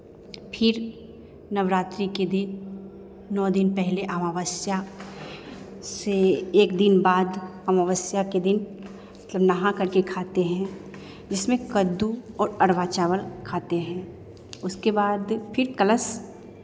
फिर नवरात्रि के दिन नौ दिन पहले आमावस्या से एक दिन बाद आमावस्या के दिन मतलब नहाकर के खाते हैं जिसमें कद्दू और अड़वा चावल खाते हैं उसके बाद फिर कलश